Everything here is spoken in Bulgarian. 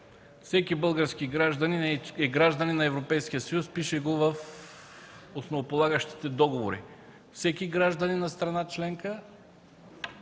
Всеки български гражданин е гражданин на Европейския съюз. Пише го в основополагащите договори. Всеки гражданин на страна членка